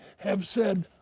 have said,